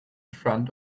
front